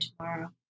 tomorrow